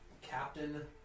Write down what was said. captain